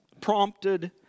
prompted